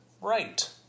Right